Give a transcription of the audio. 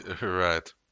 Right